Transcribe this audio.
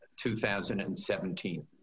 2017